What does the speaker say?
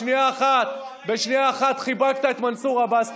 בשנייה אחת חיבקת את מנסור עבאס,